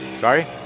Sorry